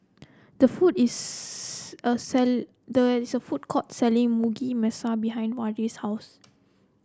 the food is a there is a food court selling Mugi Meshi behind Wade's house